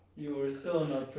you were so